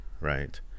right